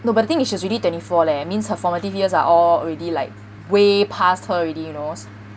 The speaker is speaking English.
no but the thing is she's already twenty four leh means her formative years are all already like way past her already you know